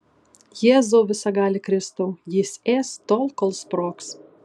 jėzau visagali kristau jis ės tol kol sprogs